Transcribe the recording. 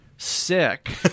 Sick